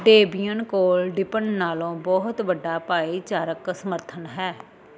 Debian ਕੋਲ Deepin ਨਾਲੋਂ ਬਹੁਤ ਵੱਡਾ ਭਾਈਚਾਰਕ ਸਮਰਥਨ ਹੈ